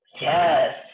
Yes